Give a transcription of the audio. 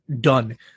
done